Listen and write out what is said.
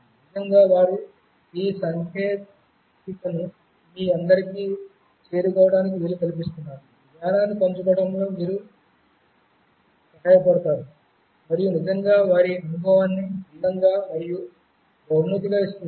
నిజంగా వారు ఈ సాంకేతికతను మీ అందరికీ చేరుకోవడానికి వీలు కల్పిస్తున్నారు జ్ఞానాన్ని పంచుకోవడంలో సహాయపడతారు మరియు నిజంగా వారి అనుభవాన్ని అందంగా మరియు బహుమతిగా ఇస్తున్నారు